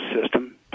system